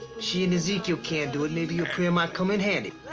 she and ezekiel can't do it, maybe your prayer might come in handy.